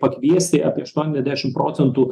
būti pakviesti apie aštuoniasdešim procentų